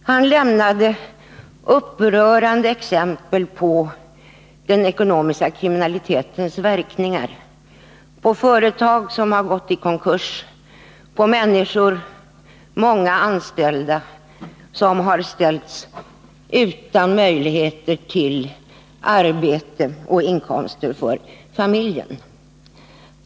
Han lämnade upprörande exempel på den ekonomiska kriminalitetens verkningar, på företag som har gått i konkurs, på människor, många anställda, som har ställts utan möjligheter till arbete och inkomster för familjen.